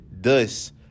Thus